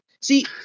see